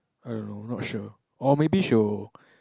I don't know not sure or maybe she'll